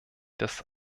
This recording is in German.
des